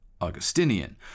Augustinian